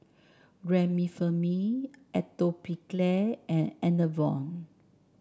Remifemin Atopiclair and Enervon